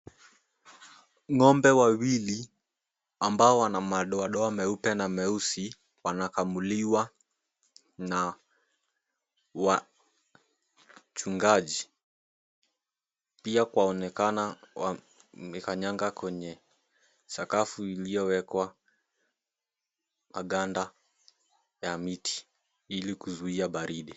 Ng'ombe wawili ambao wana madoadoa meupe na meusi wanakamuliwa na wachungaji, pia kwaonekana wamekanyaga kwenye sakafu iliyowekwa maganda ya miti ili kuzuia baridi.